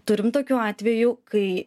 turim tokių atvejų kai